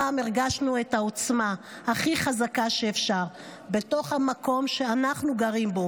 הפעם הרגשנו את העוצמה הכי חזקה שאפשר בתוך המקום שאנחנו גרים בו,